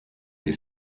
des